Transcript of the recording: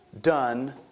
done